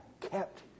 kept